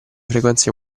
frequenze